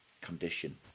condition